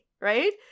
right